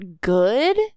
good